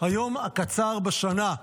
היום הקצר בשנה,